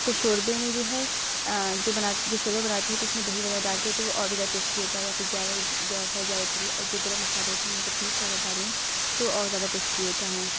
تو شوربے میں جو ہے جو بنا جو شوربہ بناتی ہوں تو اس میں دہی وغیرہ ڈالتی ہوں تو اور بھی زیادہ ٹیسٹی ہوتا ہے یا پھر جائفل جاوتری اور جو گرم مسالے ہوتے ہیں ان کو پیس کر اگر ڈالیں تو اور زیادہ ٹیسٹی ہوتا ہے